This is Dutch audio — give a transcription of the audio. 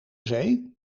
zee